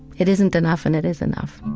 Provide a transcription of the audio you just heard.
it isn't enough and it is enough